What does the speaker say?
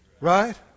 Right